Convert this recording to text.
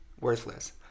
worthless